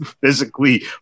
physically